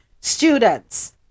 students